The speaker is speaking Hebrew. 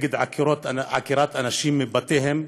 נגד עקירת אנשים מבתיהם